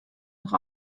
noch